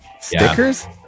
stickers